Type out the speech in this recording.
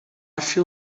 feel